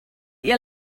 ihr